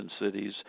cities